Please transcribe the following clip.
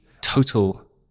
total